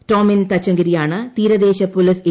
ടോമിൻ തച്ചങ്കരിയാണ് തീരദേശ police A